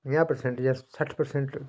पंजाह् परसैंट जां सट्ठ परसैंट